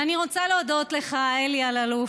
ואני רוצה להודות לך, אלי אלאלוף,